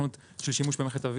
שהעניין הטכנולוגי